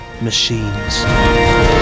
machines